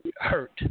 hurt